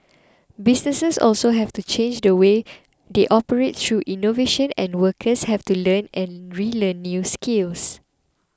businesses also have to change the way they operate through innovation and workers have to learn and relearn new skills